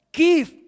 give